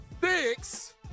Six